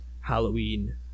halloween